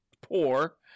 poor